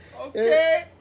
Okay